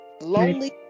lonely